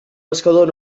pescador